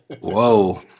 whoa